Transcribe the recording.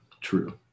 true